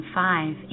five